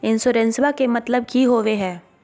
इंसोरेंसेबा के मतलब की होवे है?